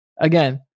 again